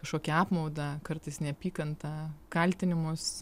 kažkokį apmaudą kartais neapykantą kaltinimus